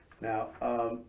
Now